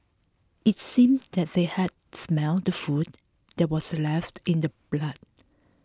it seemed that they had smelt the food that was left in the blood